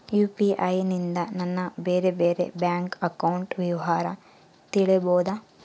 UPI ನಿಂದ ನನ್ನ ಬೇರೆ ಬೇರೆ ಬ್ಯಾಂಕ್ ಅಕೌಂಟ್ ವಿವರ ತಿಳೇಬೋದ?